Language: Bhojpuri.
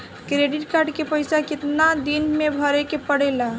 क्रेडिट कार्ड के पइसा कितना दिन में भरे के पड़ेला?